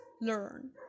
learn